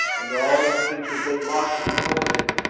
and all the creatures they marched before him,